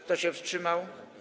Kto się wstrzymał?